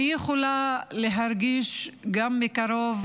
אני יכולה להרגיש גם מקרוב